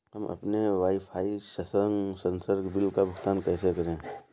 हम अपने वाईफाई संसर्ग बिल का भुगतान कैसे करें?